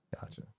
Gotcha